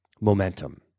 momentum